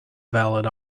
valid